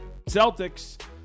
Celtics